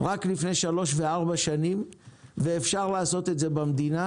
רק לפני 3 ו-4 שנים ואפשר לעשות את זה במדינה.